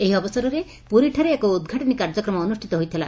ଏହି ଅବସରରେ ପୁରୀଠାରେ ଏକ ଉଦ୍ଘାଟନୀ କାର୍ଯ୍ୟକ୍ରମ ଅନୁଷିତ ହୋଇଥିଲା